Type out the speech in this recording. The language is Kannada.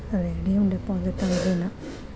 ರೆಡೇಮ್ ಡೆಪಾಸಿಟ್ ಅಂದ್ರೇನ್?